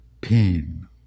pain